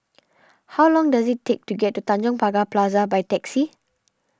how long does it take to get to Tanjong Pagar Plaza by taxi